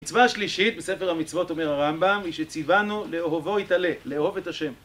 מצווה שלישית בספר המצוות אומר הרמב״ם היא שציוונו לאהובו יתעלה, לאהוב את השם